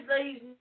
ladies